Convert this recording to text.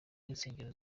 insengero